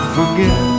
forget